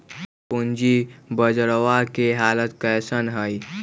पूंजी बजरवा के हालत कैसन है?